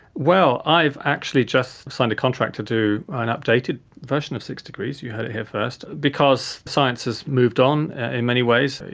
well, i've actually just signed a contract to do an updated version of six degrees, you heard it here first, because science has moved on in many ways.